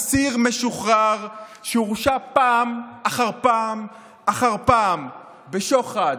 אסיר משוחרר שהורשע פעם אחר פעם אחר פעם בשוחד,